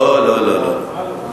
לא, לא, לא.